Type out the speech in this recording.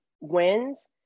wins